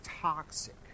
toxic